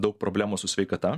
daug problemų su sveikata